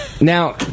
Now